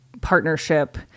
partnership